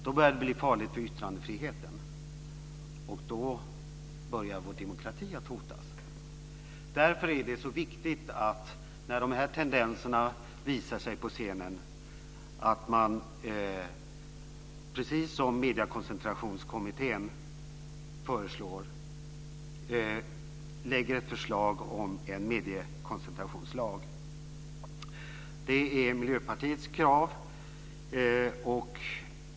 Då börjar det bli farligt för yttrandefriheten, och då börjar vår demokrati att hotas. Därför är det så viktigt när de här tendenserna visar sig på scenen att man, precis som mediekoncentrationskommittén föreslår, lägger fram förslag om en mediekoncentrationslag. Det är Miljöpartiets krav.